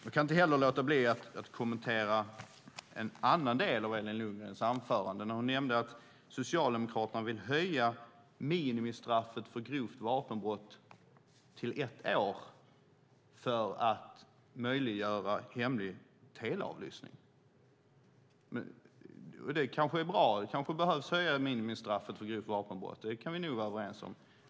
Jag kan inte heller låta bli att kommentera en annan del av Elin Lundgrens anförande. Hon nämnde att Socialdemokraterna vill höja minimistraffet för grovt vapenbrott till ett år för att möjliggöra hemlig teleavlyssning. Det kanske är bra. Minimistraffet för grovt vapenbrott behöver höjas. Det kan vi nog vara överens om.